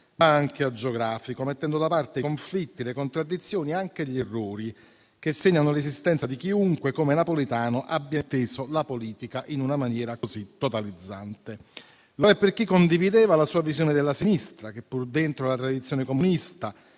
ma anche agiografico, mettendo da parte i conflitti, le contraddizioni e anche gli errori che segnano l'esistenza di chiunque come Napolitano abbia inteso la politica in una maniera così totalizzante. Lo è per chi condivideva la sua visione della sinistra che, pur dentro la tradizione comunista